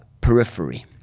Periphery